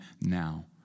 now